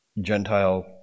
Gentile